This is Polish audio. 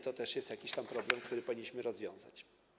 To też jest jakiś tam problem, który powinniśmy rozwiązać.